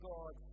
God